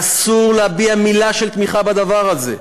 אסור להביע מילה של תמיכה בדבר הזה.